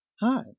hi